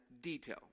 detail